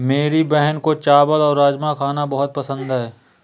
मेरी बहन को चावल और राजमा खाना बहुत पसंद है